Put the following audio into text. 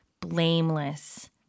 blameless